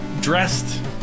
dressed